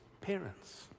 parents